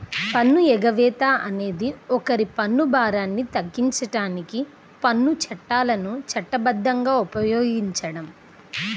పన్ను ఎగవేత అనేది ఒకరి పన్ను భారాన్ని తగ్గించడానికి పన్ను చట్టాలను చట్టబద్ధంగా ఉపయోగించడం